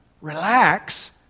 Relax